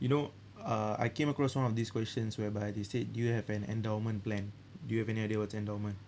you know uh I came across one of these questions whereby they said do you have an endowment plan do you have any idea what's endowment